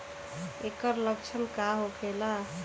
ऐकर लक्षण का होखेला?